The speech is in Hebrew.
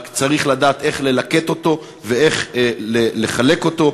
רק צריך לדעת איך ללקט אותו ואיך לחלק אותו.